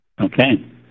Okay